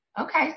Okay